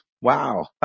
Wow